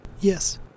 Yes